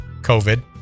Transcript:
covid